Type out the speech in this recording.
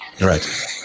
right